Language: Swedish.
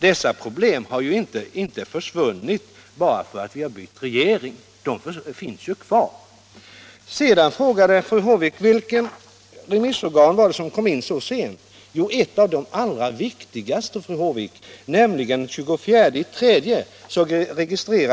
Dessa problem har ju inte försvunnit bara för att vi har bytt regering, utan de finns kvar. Fru Håvik frågade vidare vilket remissorgan det var som kom in så sent. Jo, ett av de allra viktigaste, nämligen Försäkringskasseförbundet.